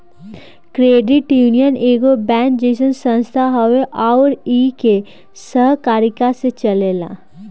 credit union एगो bank जइसन संस्था हवे अउर इ के सहकारिता से चलेला